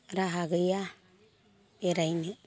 राहा गैया एरायनो